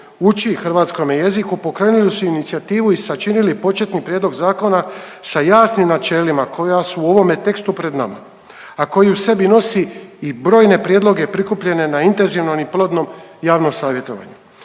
uči hrvatskome jeziku pokrenuli su inicijativu i sačinili početni prijedlog zakona sa jasnim načelima koja su u ovome tekstu pred nama, a koji u sebi nosi i brojne prijedloge prikupljene na intenzivnom i plodnom javnom savjetovanju.